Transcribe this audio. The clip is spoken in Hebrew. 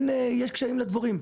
יש קשיים לדבורים.